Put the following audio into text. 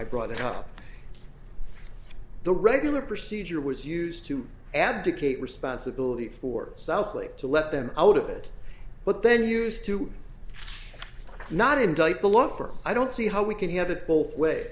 i brought the top the regular procedure was used to abdicate responsibility for south lake to let them out of it but then used to not indict beloved for i don't see how we can have it both ways